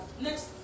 Next